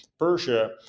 Persia